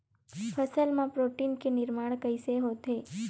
फसल मा प्रोटीन के निर्माण कइसे होथे?